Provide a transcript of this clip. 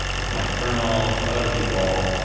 with my kernel, with other people,